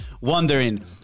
wondering